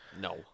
No